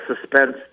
suspense